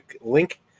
link